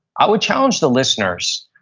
i would challenge the listeners.